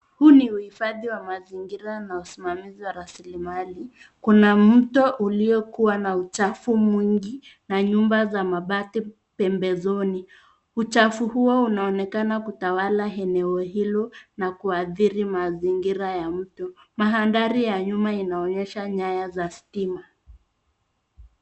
Huu ni uhifadhi wa mazingira na usimamizi wa rasilimali. Kuna mto uliokuwa na uchafu mwingi na nyumba za mabati pembezoni. Uchafu huo unaonekana kutawala eneo hilo na kuadhiri mazingira ya mto. Mandhari ya nyuma inaoneysha nyaya za stima.